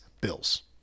Bills